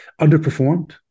underperformed